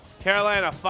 Carolina